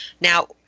Now